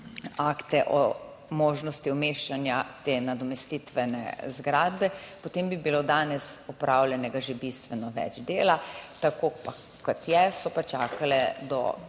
akte o možnosti umeščanja te nadomestitvene zgradbe, potem bi bilo danes opravljenega že bistveno več dela, tako kot je, so pa čakale